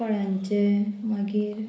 फळांचें मागीर